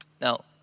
Now